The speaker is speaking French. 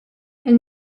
elle